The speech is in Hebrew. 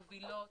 מובילות,